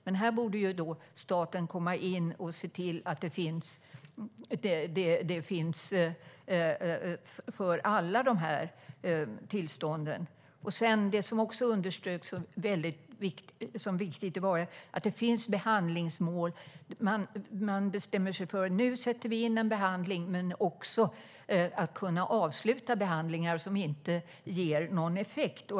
Men staten borde se till att det finns för alla tillstånden. Det underströks också att det är viktigt att det finns behandlingsmål, att man bestämmer sig för att sätta in en behandling men också att man ska kunna avsluta behandlingar som inte ger någon effekt.